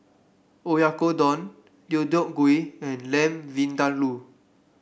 Oyakodon Deodeok Gui and Lamb Vindaloo